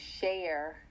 share